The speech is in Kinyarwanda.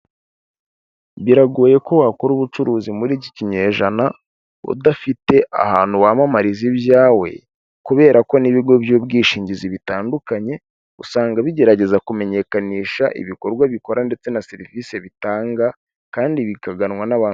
Biragoye ko wakora ubucuruzi muri iki kinyejana udafite ahantu wamamariza ibyawe, kubera ko n'ibigo by'ubwishingizi bitandukanye usanga bigerageza kumenyekanisha ibikorwa bikora ndetse na serivisi bitanga kandi bikaganwa n'abantu.